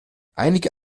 einige